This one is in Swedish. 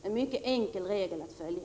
Det är en mycket enkel regel att följa.